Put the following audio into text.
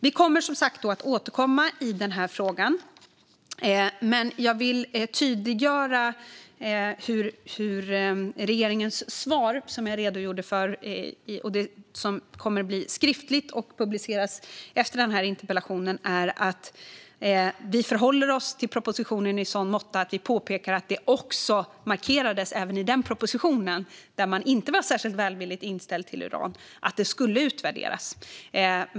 Vi kommer som sagt att återkomma i frågan, men jag vill tydliggöra regeringens svar, som jag redogjorde för och som kommer att publiceras skriftligen efter denna interpellationsdebatt. Vi förhåller oss till propositionen i så måtto att vi påpekar att det markerades i propositionen, som inte var särskilt välvilligt inställd till uran, att en utvärdering skulle göras.